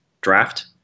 draft